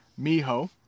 Miho